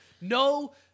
No